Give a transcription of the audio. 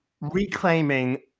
reclaiming